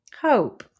Hope